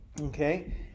Okay